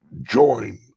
join